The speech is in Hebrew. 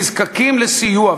נזקקים לסיוע.